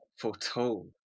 foretold